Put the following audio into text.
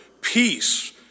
peace